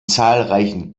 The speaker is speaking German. zahlreichen